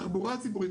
תחבורה ציבורית,